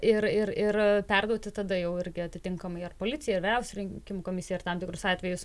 ir ir ir perduoti tada jau irgi atitinkamai ar policija ar vyriausioji rinkimų komisija tam tikrus atvejus